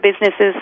businesses